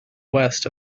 west